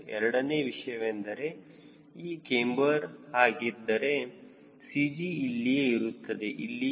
ಎರಡನೇ ವಿಷಯವು ಎಂದರೆ ಅದು ಕ್ಯಾಮ್ಬರ್ ಹಾಗಿದ್ದರೆ CG ಇಲ್ಲಿಯೇ ಇರುತ್ತದೆ ಇಲ್ಲಿ a